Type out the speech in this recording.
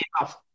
enough